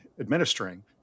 administering